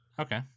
okay